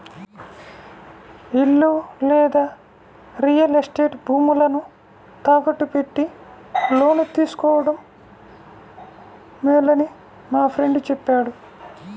ఇల్లు లేదా real estate భూములను తాకట్టు పెట్టి లోను తీసుకోడం మేలని మా ఫ్రెండు చెప్పాడు